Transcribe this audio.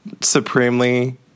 supremely